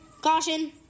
Caution